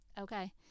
Okay